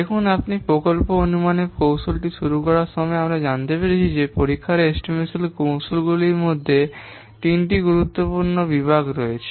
দেখুন আপনি প্রকল্প অনুমানের কৌশলটি শুরু করার সময়ে আমরা জানতে পেরেছি যে পরীক্ষার অনুমান কৌশলগুলির মধ্যে তিনটি গুরুত্বপূর্ণ বিভাগ রয়েছে